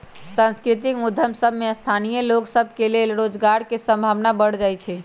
सांस्कृतिक उद्यम सभ में स्थानीय लोग सभ के लेल रोजगार के संभावना बढ़ जाइ छइ